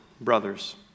brothers